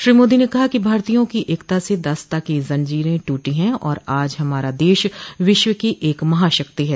श्री मोदी ने कहा कि भारतीयों की एकता से दासता की जंजीरे टूटी है और आज हमारा देश विश्व की एक महाशक्ति ह